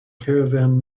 caravan